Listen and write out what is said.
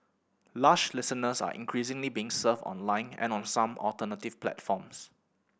lush listeners are increasingly being served online and on some alternative platforms